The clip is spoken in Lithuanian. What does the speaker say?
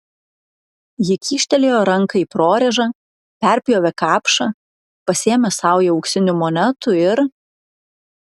ji kyštelėjo ranką į prorėžą perpjovė kapšą pasėmė saują auksinių monetų ir